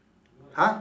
!huh!